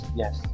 yes